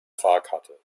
fahrkarte